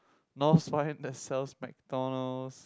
North Spine that sells McDonald's